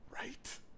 right